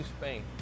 Spain